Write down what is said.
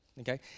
Okay